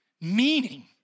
meaning